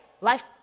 Life